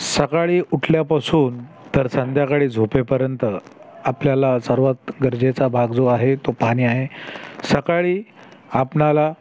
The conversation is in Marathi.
सकाळी उठल्यापासून तर संध्याकाळी झोपेपर्यंत आपल्याला सर्वात गरजेचा भाग जो आहे तो पाणी आहे सकाळी आपणाला